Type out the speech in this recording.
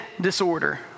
disorder